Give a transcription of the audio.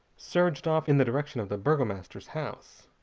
surged off in the direction of the burgomaster's house.